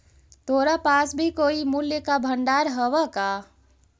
तोरा पास भी कोई मूल्य का भंडार हवअ का